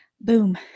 Boom